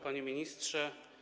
Panie Ministrze!